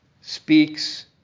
speaks